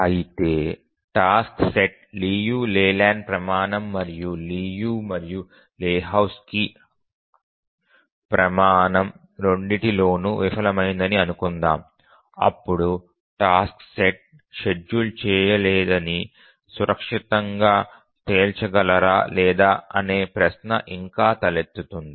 అయితే task set Liu Layland ప్రమాణం మరియు లియు మరియు లెహోజ్కీ ప్రమాణం రెండింటిలోనూ విఫలమైందని అనుకుందాం అప్పుడు టాస్క్ సెట్ షెడ్యూల్ చేయలేదని సురక్షితంగా తేల్చగలరా లేదా అనే ప్రశ్న ఇంకా తలెత్తుతుంది